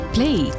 Play